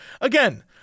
again